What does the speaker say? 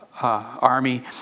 army